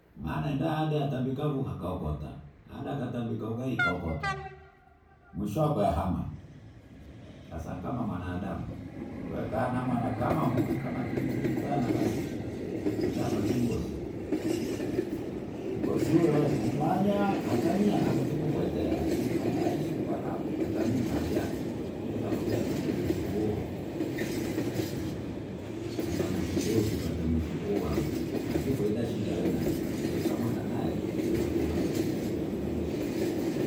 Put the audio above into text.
Maana hendaangetavu akahokota hadakataviugali akahokota. Mwishokwe kahama hasa kama mwanahadamu wekanamwana kwa matumizi vitana basi henda kapate mgosi. Mgosi hiyo kummNaki hata mia hatakikutwekea lakini mwanaaishi apata mimba avya kwezambia asantemwezekuu kwamba nashukuru kupata mzukuu wangu. Nakikwadashida yenayo yekamwana nayo aanza kuhangaika ili apunguze shida